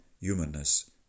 humanness